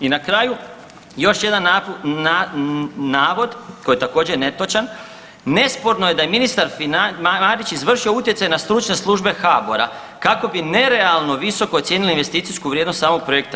I na kraju još jedan navod, koji je također netočan, nesporno je da je ministar Marić izvršio utjecaj na stručne službe HABOR-a kako bi nerealno visoko ocijenili investicijsku vrijednost samog projekta.